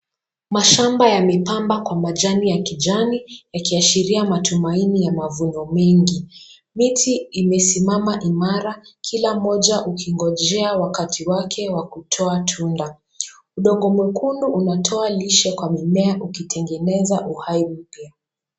Mshamba yamepambwa kwa majani ya kijani yakiashiria matumaini ya mavuno mingi. Miti imesimama imara kila moja ikingojea wakati wake wa kutoa tunda. Udongo mwekundu umetoa lishe kwa mimea ukitengeneza uhai mpya.